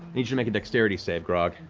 need you to make a dexterity save, grog.